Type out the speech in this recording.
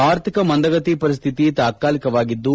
ಆರ್ಥಿಕ ಮಂದಗತಿ ಪರಿಸ್ಥಿತಿ ತಾತಾಲಿಕವಾಗಿದ್ದು